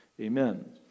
Amen